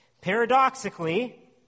Paradoxically